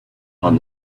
upon